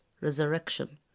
resurrection